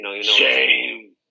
Shame